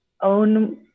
own